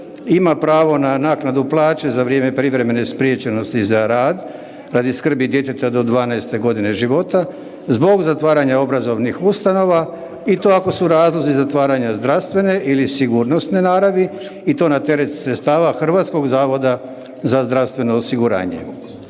ima pravo na naknadu plaće za vrijeme privremene spriječenosti za rad radi skrbi djeteta do 12 godine života zbog zatvaranja obrazovnih ustanova i to ako su razlozi zatvaranja zdravstvene ili sigurnosne naravi i to na teret sredstava HZZO-a. Budući su prava koja se osiguravaju